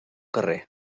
carrer